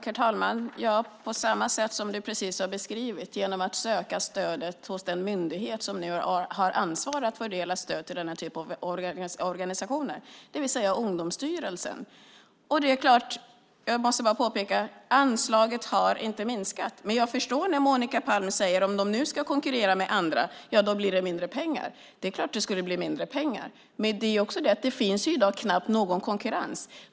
Herr talman! På samma sätt som Veronica Palm just har beskrivit, genom att söka stödet hos den myndighet som nu har ansvar att fördela stöd till denna typ av organisationer, det vill säga Ungdomsstyrelsen. Anslaget har inte minskat, men jag förstår att Veronica Palm säger att om Exit ska konkurrera med andra blir det fråga om mindre pengar. Det är klart att det blir mindre pengar, men i dag finns det knappt någon konkurrens.